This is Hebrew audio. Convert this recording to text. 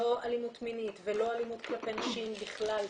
לא אלימות מינית ולא אלימות כלפי נשים בכלל,